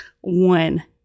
one